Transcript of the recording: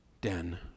den